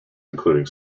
including